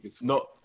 no